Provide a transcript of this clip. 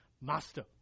master